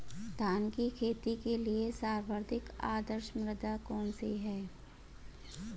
धान की खेती के लिए सर्वाधिक आदर्श मृदा कौन सी है?